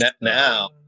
Now